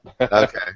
Okay